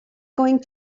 going